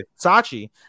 Sachi